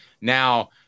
now